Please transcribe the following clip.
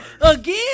again